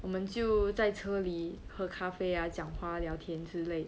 我们就在车里喝咖啡啊讲话聊天之类